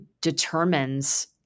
determines